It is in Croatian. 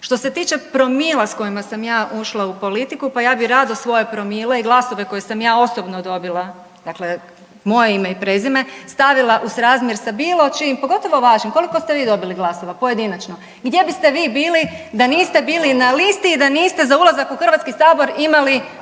Što se tiče promila s kojima sam ja ušla u politiku, pa ja bih rado svoje promile i glasove koje sam ja osobno dobila, dakle moje ime i prezime stavila u srazmjer sa bilo čijim, pogotovo vašim, koliko ste vi dobili glasova pojedinačno? Gdje biste vi bili da niste bili na listi i da niste za ulazak u HS imali